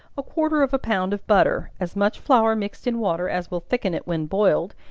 a quarter of a pound of butter, as much flour mixed in water as will thicken it when boiled,